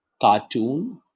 cartoon